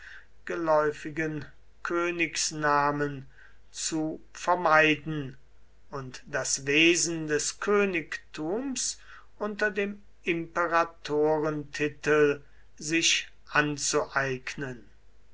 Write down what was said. geläufigen königsnamen zu vermeiden und das wesen des königtums unter dem imperatorentitel sich anzueignen